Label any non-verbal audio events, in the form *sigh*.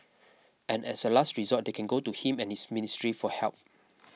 and as a last resort they can go to him *noise* and his ministry for help